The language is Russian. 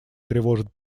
тревожит